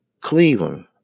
Cleveland